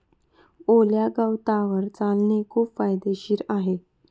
ओल्या गवतावर चालणे खूप फायदेशीर आहे